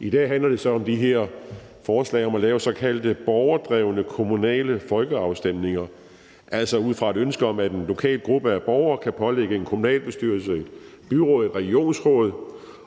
I dag handler det så om det her forslag om at lave såkaldte borgerdrevne kommunale folkeafstemninger, altså ud fra et ønske om, at en lokal gruppe af borgere kan pålægge en kommunalbestyrelse, et byråd eller et regionsråd